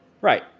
Right